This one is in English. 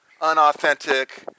unauthentic